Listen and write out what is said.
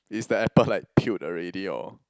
is the apple like peeled already or